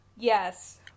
Yes